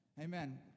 amen